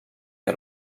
que